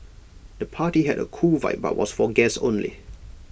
the party had A cool vibe but was for guests only